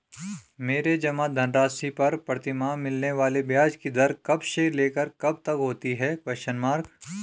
मेरे जमा धन राशि पर प्रतिमाह मिलने वाले ब्याज की दर कब से लेकर कब तक होती है?